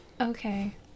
okay